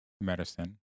medicine